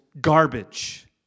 garbage